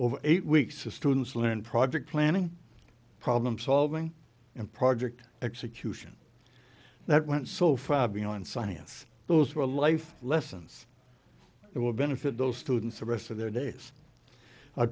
over eight weeks to students learn project planning problem solving and project execution that went so far beyond science those were life lessons it will benefit those students the rest of their days